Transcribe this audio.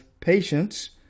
Patience